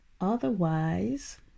Otherwise